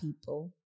people